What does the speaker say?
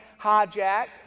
hijacked